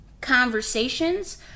conversations